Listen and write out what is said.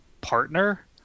partner